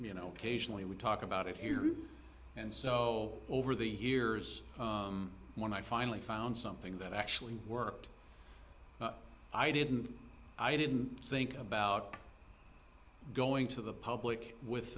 you know patiently we talk about it here and so over the years when i finally found something that actually worked i didn't i didn't think about going to the public with